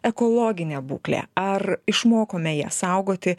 ekologinė būklė ar išmokome ją saugoti